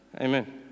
Amen